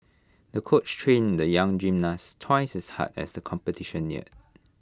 the coach trained the young gymnast twice as hard as the competition neared